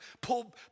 pull